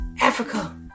Africa